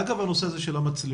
אגב נושא המצלמות,